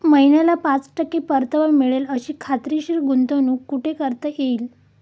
महिन्याला पाच टक्के परतावा मिळेल अशी खात्रीशीर गुंतवणूक कुठे करता येईल?